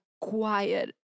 quiet